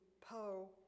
Poe